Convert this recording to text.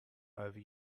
over